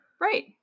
Right